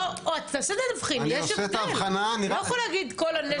אתה לא יכול להגיד כל הנשק.